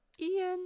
Ian